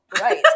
right